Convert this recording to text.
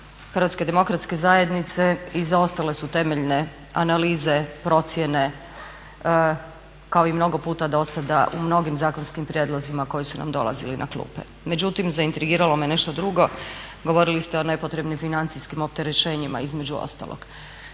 govoreći u ime kluba HDZ-a izostale su temeljne analize procjene kao i mnogo puta dosada u mnogim zakonskim prijedlozima koji su nam dolazili na klupe. Međutim, zaintrigiralo me nešto drugo, govorili ste o nepotrebnim financijskim opterećenjima između ostalog.